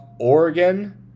Oregon